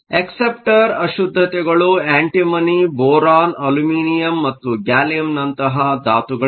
acceptor ಅಶುದ್ದತೆಗಳು antimony boron aluminium ಮತ್ತು ಗ್ಯಾಲಿಯಂನಂತಹ ಧಾತುಗಳಾಗಿವೆ